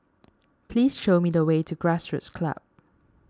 please show me the way to Grassroots Club